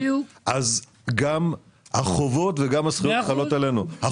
אז גם החובות וגם הזכויות חלות עלינו.